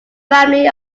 family